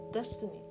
destiny